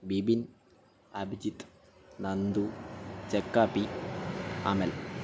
Bibin Abhijith Nandu Chekkappi Amal